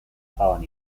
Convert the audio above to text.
dejaban